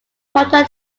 proto